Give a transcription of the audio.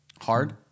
hard